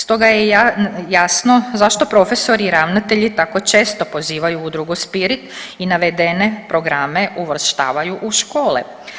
Stoga je jasno zašto profesori i ravnatelji tako često pozivaju udrugu Spirit i navedene programe uvrštavaju u škole.